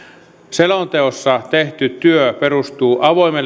selonteossa tehty työ perustuu